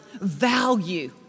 value